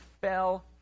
fell